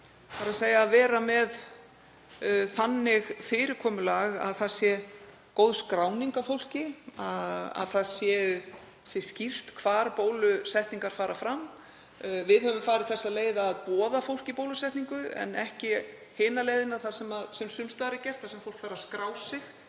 innviði, þ.e. að vera með þannig fyrirkomulag að það sé góð skráning á fólki og skýrt hvar bólusetningar fara fram. Við höfum farið þá leið að boða fólk í bólusetningu en ekki hina leiðina, sem sums staðar er gert, þar sem fólk þarf að skrá sig